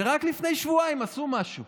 ורק לפני שבועיים עשו משהו.